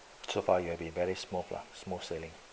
so far you have a very small smooth lah smooth sailing